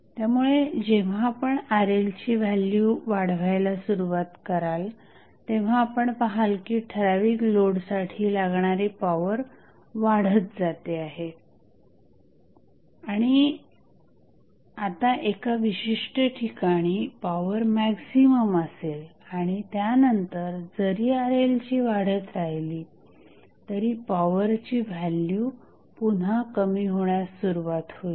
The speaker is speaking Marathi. त्यामुळे जेव्हा आपण RLची व्हॅल्यू वाढवायला सुरुवात कराल तेव्हा आपण पहाल की ठराविक लोडसाठी लागणारी पॉवर वाढत जाते हे आणि आता एका विशिष्ट ठिकाणी पॉवर मॅक्झिमम असेल आणि त्यानंतर जरी RL ची वाढत राहिली तरी पॉवर ची व्हॅल्यू पुन्हा कमी होण्यास सुरुवात होईल